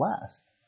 less